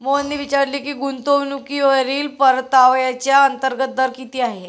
मोहनने विचारले की गुंतवणूकीवरील परताव्याचा अंतर्गत दर किती आहे?